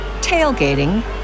tailgating